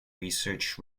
research